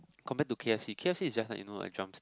compared to K_F_C K_F_C is just like you know like drums